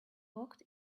walked